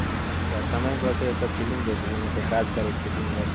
समय बचै तऽ फिल्म देखै छियै नहि तऽ काज करै छियै दिनभरि